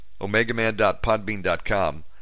omegaman.podbean.com